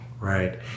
right